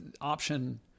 option